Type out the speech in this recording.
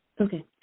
Okay